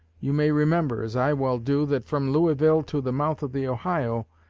you may remember, as i well do, that from louisville to the mouth of the ohio,